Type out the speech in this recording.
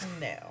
No